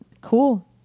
cool